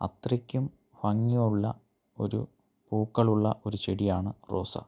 അത്രക്കും ഭംഗിയുള്ള ഒരു പൂക്കളുള്ള ഒരു ചെടിയാണ് റോസാ